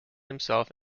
himself